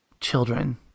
children